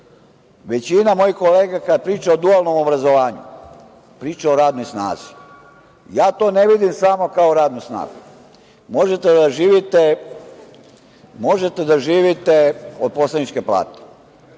većina mojih kolega kada priča o dualnom obrazovanju, priča o radnoj snazi. Ja to ne vidim samo kao radnu snagu. Možete da živite od poslaničke plate,